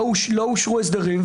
לא אושרו הסדרים,